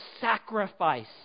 sacrifice